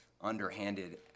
underhanded